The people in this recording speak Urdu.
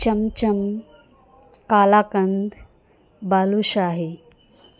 چمچم قلاقند بالوشاہی